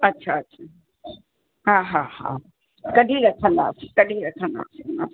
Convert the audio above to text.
अच्छा अच्छा हा हा हा कढी रखंदासी कढी रखंदासीं हा